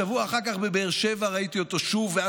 בשבוע אחר כך ראיתי אותו שוב בבאר שבע,